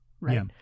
Right